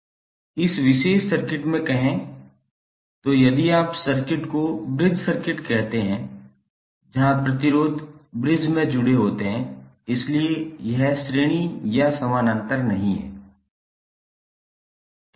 इस विशेष सर्किट में कहें तो यदि आप सर्किट को ब्रिज सर्किट कहते हैं जहां प्रतिरोध ब्रिज में जुड़े होते हैं इसलिए यह श्रेणी या समानांतर नहीं है